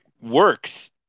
works